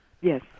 Yes